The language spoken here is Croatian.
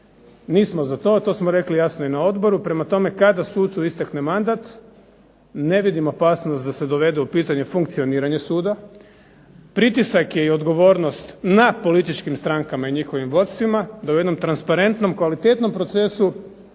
Mi smo za to, to smo rekli jasno i na odboru. Prema tome, kada sucu istekne mandat ne vidim opasnost da se dovede u pitanje funkcioniranje suda. Pritisak je i odgovornost na političkim strankama i njihovim vodstvima da u jednom transparentnom, kvalitetnom procesu